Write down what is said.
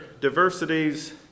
diversities